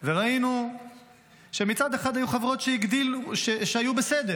וראינו שמצד אחד היו חברות שהיו בסדר,